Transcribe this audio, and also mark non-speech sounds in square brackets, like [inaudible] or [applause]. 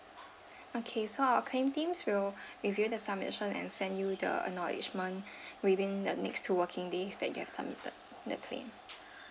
okay so our claim teams will review the submission and send you the acknowledgement [breath] within the next two working days that you have submitted the claim